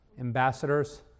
Ambassadors